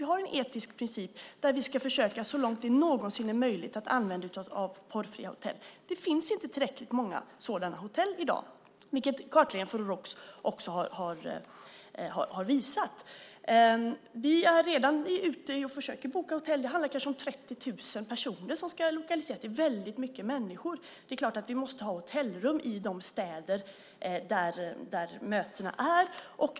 Vi har en etisk princip där vi ska försöka så långt det någonsin är möjligt att använda oss av porrfria hotell. Det finns inte tillräckligt många sådana hotell i dag, vilket kartläggningen också har visat. Vi är redan nu ute och försöker boka hotell. Det handlar kanske om 30 000 personer som ska lokaliseras. Det är väldigt mycket människor. Det är klart att vi måste ha hotellrum i de städer där mötena äger rum.